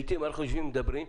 לעתים אנחנו יושבים ומדברים,